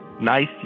nice